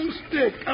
stick